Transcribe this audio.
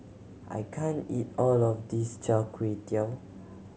I can't eat all of this Char Kway Teow